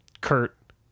Kurt